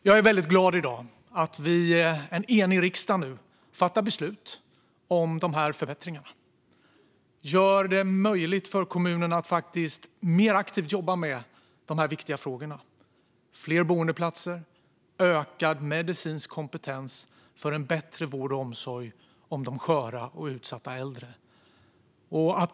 Jag är glad att en enig riksdag nu fattar beslut om dessa förbättringar. Vi gör det möjligt för kommunerna att mer aktivt jobba med dessa viktiga frågor - fler boendeplatser och en ökad medicinsk kompetens, för en bättre vård av och omsorg om de sköra och utsatta äldre.